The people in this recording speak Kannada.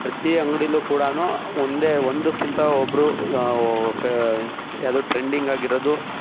ಪ್ರತಿ ಅಂಗಡೀಲೂ ಕೂಡಾ ಒಂದೇ ಒಂದಕ್ಕಿಂತ ಒಬ್ಬರು ಫೆ ಯಾವುದು ಟ್ರೆಂಡಿಂಗ್ ಆಗಿರೋದು